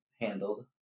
handled